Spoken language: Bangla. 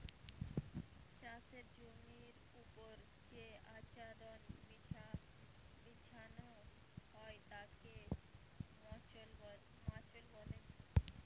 চাষের জমির ওপর যে আচ্ছাদন বিছানো হয় তাকে মাল্চ বলে